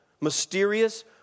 mysterious